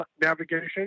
navigation